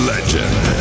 Legend